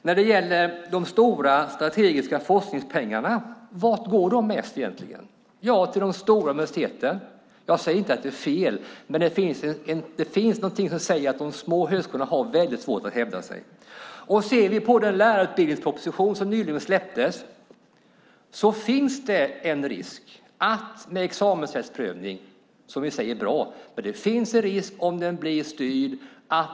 När det gäller de stora strategiska forskningspengarna är frågan vart de egentligen går. Jo, till de stora universiteten. Jag säger inte att det är fel, men någonting säger mig att de små högskolorna har svårt att hävda sig. Om vi tar den lärarutbildningsproposition som nyligen lades fram ser vi att det finns en risk med examensrättsprövning, som i och för sig är bra, om den blir styrd.